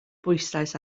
bwyslais